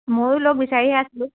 ময়ো লগ বিচাৰি আছিলোঁ